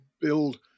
build